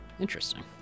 Interesting